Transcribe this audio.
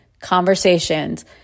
conversations